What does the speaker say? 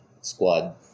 squad